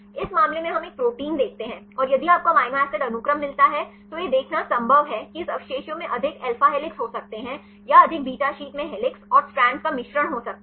इस मामले में हम एक प्रोटीन देखते हैं और यदि आपको अमीनो एसिड अनुक्रम मिलता है तो यह देखना संभव है कि इस अवशेषों में अधिक अल्फा हेलिसेस हो सकते हैं या अधिक बीटा शीट में हेलिक्स और स्ट्रैंड्स का मिश्रण हो सकता है